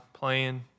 playing